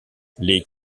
les